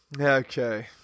Okay